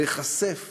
להיחשף